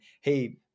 hey